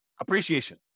appreciation